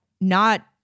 not-